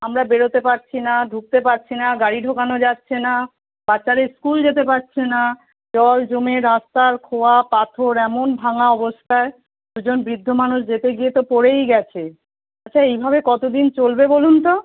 আমরা বেরোতে পারছি না ঢুকতে পারছি না গাড়ি ঢোকানো যাচ্ছে না বাচ্চারা স্কুল যেতে পারছে না জল জমে রাস্তার খোয়া পাথর এমন ভাঙা অবস্থায় দুজন বৃদ্ধ মানুষ যেতে গিয়ে তো পড়েই গেছে আচ্ছা এইভাবে কতো দিন চলবে বলুন তো